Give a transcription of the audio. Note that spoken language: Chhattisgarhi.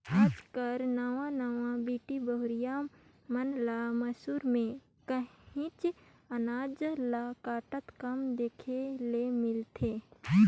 आएज कर नावा नावा बेटी बहुरिया मन ल मूसर में काहींच अनाज ल कूटत कम देखे ले मिलथे